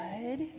good